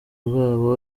bwabo